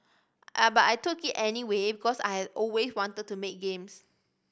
but I took it anyway because I had always wanted to make games